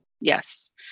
Yes